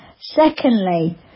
Secondly